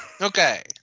okay